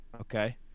okay